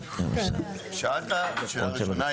שאלת שאלה ראשונה,